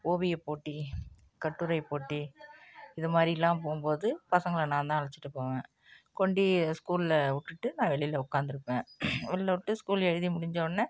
ஓவியப் போட்டி கட்டுரைப் போட்டி இது மாதிரிலாம் போகும்போது பசங்களை நான் தான் அழைச்சிட்டுப் போவேன் கொண்டு ஸ்கூலில் விட்டுட்டு நான் வெளியில உக்காந்துருப்பேன் வெளியில விட்டு ஸ்கூல் எழுதி முடிஞ்சவொன்னே